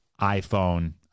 iPhone